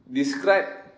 describe